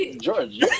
George